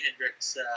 Hendrix